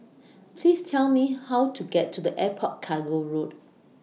Please Tell Me How to get to Airport Cargo Road